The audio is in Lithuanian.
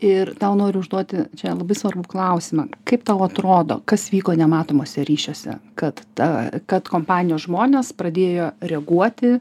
ir tau noriu užduoti čia labai svarbų klausimą kaip tau atrodo kas vyko nematomuose ryžiuose kad ta kad kompanijos žmonės pradėjo reaguoti